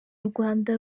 rwanda